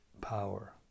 power